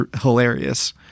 hilarious